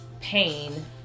pain